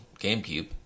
GameCube